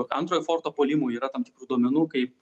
antrojo forto puolimų yra tam tikrų duomenų kaip